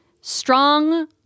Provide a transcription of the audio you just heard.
strong